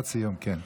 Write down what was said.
משפט סיום, כן.